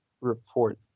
report